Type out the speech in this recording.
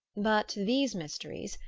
but these mysteries,